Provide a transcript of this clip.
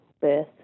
birth